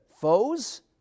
foes